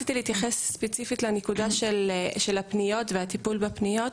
רציתי להתייחס ספציפית לנקודה של הפניות והטיפול בפניות.